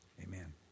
Amen